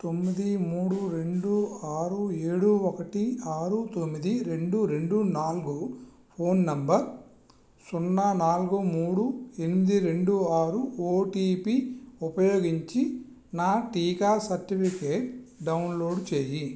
తొమ్మిది మూడు రెండు ఆరు ఏడు ఒకటి ఆరు తొమ్మిది రెండు రెండు నాలుగు ఫోన్ నంబర్ సున్నా నాలుగు మూడు ఎనిమిది రెండు ఆరు ఓటిపి ఉపయోగించి నా టీకా సర్టిఫికెట్ డౌన్లోడ్ చేయి